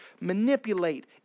manipulate